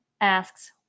asks